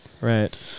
Right